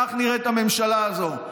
כך נראית הממשלה הזאת.